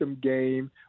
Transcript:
game